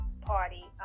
party